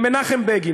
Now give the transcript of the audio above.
למנחם בגין.